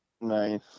Nice